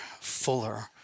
fuller